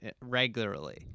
regularly